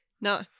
No